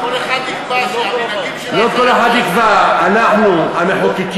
כל אחד יקבע שהמדדים